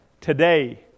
today